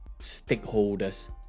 stakeholders